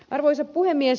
arvoisa puhemies